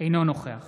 אינו נוכח